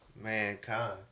Mankind